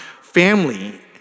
family